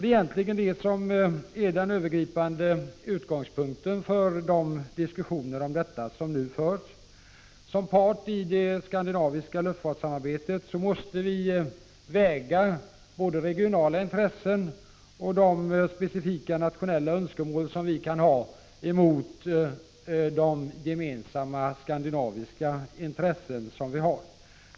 Det är egentligen det som är den övergripande utgångspunkten 16 december 1985 för de diskussioner om detta som har förts. Sr EE ärar He Som part i det skandinaviska luftfartssamarbetet måste vi väga både =. regionala intressen och de specifika nationella önskemål som vi kan ha mot inomflyget gemensamma skandinaviska intressen.